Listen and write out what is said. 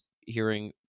hearing